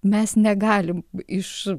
mes negalim iš